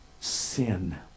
sin